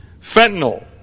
Fentanyl